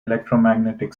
electromagnetic